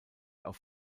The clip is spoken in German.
auf